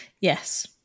Yes